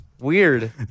Weird